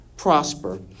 prosper